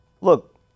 look